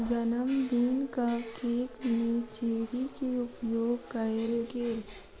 जनमदिनक केक में चेरी के उपयोग कएल गेल